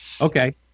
Okay